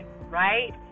right